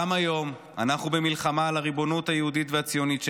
גם היום אנחנו במלחמה על הריבונות היהודית והציונית שלנו.